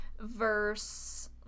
Verse